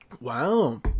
Wow